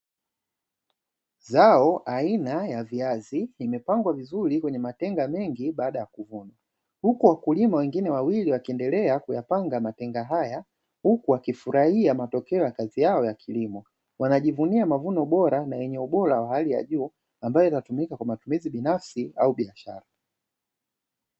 Zao aina ya viazi limepangwa vizuri kwenye matenga mengi baada ya kuvunwa, huku wakulima wengine wawili wakiendelea kuyapanga matenga haya huku wakifurahia matokeo ya kazi yao ya kilimo. Wanajivunia mavuno bora na yenye ubora wa hali ya juu ambayo yanatumika kwa matumizi binafsi au biashara.